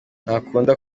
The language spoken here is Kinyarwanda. ntakunda